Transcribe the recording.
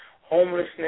homelessness